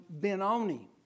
Benoni